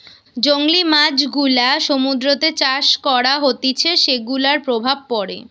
জংলী মাছ যেগুলা সমুদ্রতে চাষ করা হতিছে সেগুলার প্রভাব পড়ে